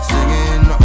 Singing